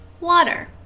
water